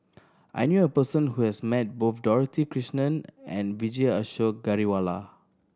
I knew a person who has met both Dorothy Krishnan and Vijesh Ashok Ghariwala